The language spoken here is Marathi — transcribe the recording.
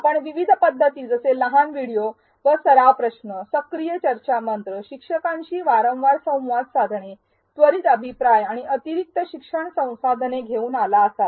आपण विविध पध्दती जसे लहान व्हिडिओ व सराव प्रश्न सक्रिय चर्चा मंच शिक्षकांशी वारंवार संवाद साधणे त्वरित अभिप्राय आणि अतिरिक्त शिक्षण संसाधने घेऊन आला असाल